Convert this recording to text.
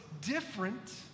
different